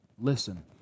listen